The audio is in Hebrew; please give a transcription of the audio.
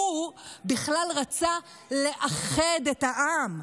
הוא בכלל רצה לאחד את העם,